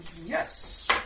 Yes